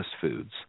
foods